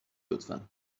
لطفا